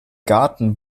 garten